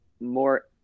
more